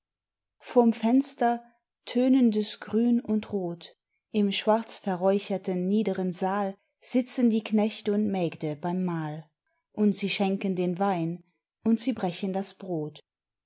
vorm fenster tönendes grün und rot im schwarzverräucherten niederen saal sitzen die knechte und mägde beim mahl und sie schenken den wein und sie brechen das brot